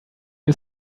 you